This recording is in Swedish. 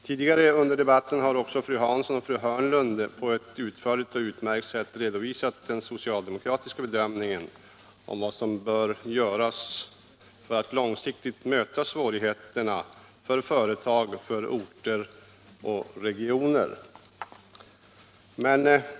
Tidigare under debatten har fru Hansson och fru Hörnlund på ett utförligt och utmärkt sätt redovisat den socialdemokratiska bedömningen av vad som bör göras för att långsiktigt möta svårigheterna för företag, orter och regioner.